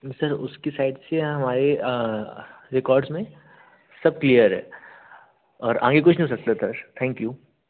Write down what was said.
sir उसकी side से हमारे रिकॉर्ड्स में सब क्लियर है और आगे कुछ नहीं हो सकता सर थैंक यू